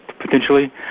potentially